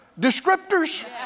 descriptors